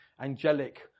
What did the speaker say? angelic